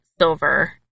silver